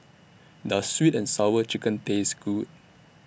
Does Sweet and Sour Chicken Taste Good